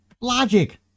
Logic